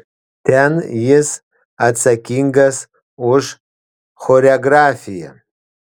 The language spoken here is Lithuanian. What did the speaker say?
ten jis atsakingas už choreografiją